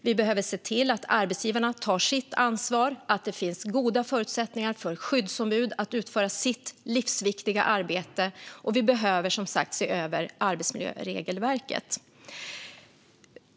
V behöver se till att arbetsgivarna tar sitt ansvar och att det finns goda förutsättningar för skyddsombuden att utföra sitt livsviktiga arbete. Och vi behöver som sagt se över arbetsmiljöregelverket.